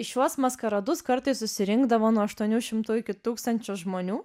į šiuos maskaradus kartais susirinkdavo nuo aštuonių šimtų iki tūkstančio žmonių